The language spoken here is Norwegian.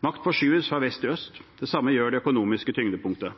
Makt forskyves fra vest til øst, det samme gjør det økonomiske tyngdepunktet.